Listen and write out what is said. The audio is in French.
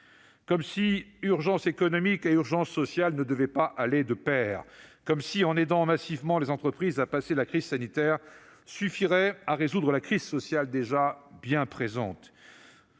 comme si urgence économique et urgence sociale ne devaient pas aller de pair ; comme si aider massivement les entreprises à passer la crise sanitaire pouvait suffire à résoudre la crise sociale, qui est déjà bien présente